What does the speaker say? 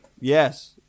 Yes